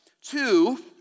Two